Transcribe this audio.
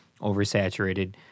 Oversaturated